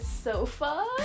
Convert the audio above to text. sofa